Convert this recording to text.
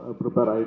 prepare